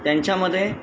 त्यांच्यामध्ये